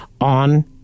on